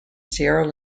sierra